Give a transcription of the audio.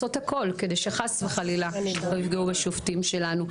לעשות הכל, כדי שחס וחלילה לא יפגעו בשופטים שלנו.